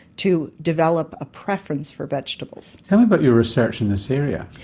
to develop a preference for vegetables. tell me about your research in this area.